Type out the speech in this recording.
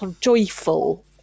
joyful